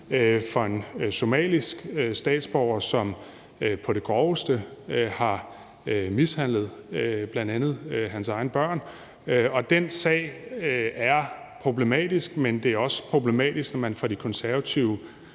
fra en somalisk statsborger, som på det groveste har mishandlet bl.a. sine egne børn, og den sag er problematisk, men det er også problematisk, når man fra De Konservatives